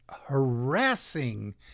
harassing